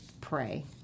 pray